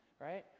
right